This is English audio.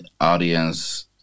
audience